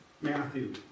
Matthew